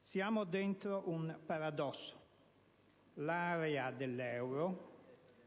Siamo dentro un paradosso: l'area dell'euro